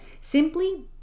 simply